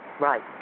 Right